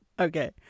Okay